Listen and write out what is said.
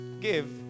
give